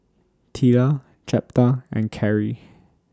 Teela Jeptha and Carey